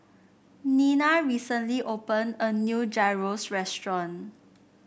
Nina recently opened a new Gyros restaurant